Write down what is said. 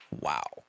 Wow